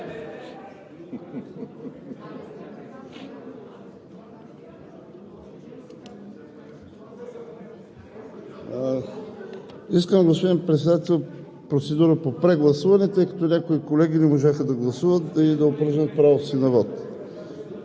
Искам, господин Председател, процедура по прегласуване, тъй като някои колеги не можаха да гласуват и да упражнят правото си на вот.